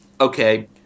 okay